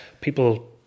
People